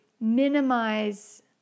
minimize